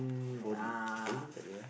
four D four D ni takde eh